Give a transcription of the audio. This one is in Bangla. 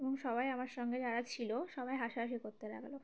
এবং সবাই আমার সঙ্গে যারা ছিল সবাই হাসাহাসি করতে লাগল